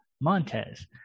Montez